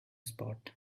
spot